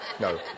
No